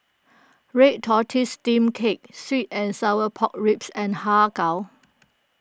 Red Tortoise Steamed Cake Sweet and Sour Pork Ribs and Har Kow